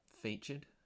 featured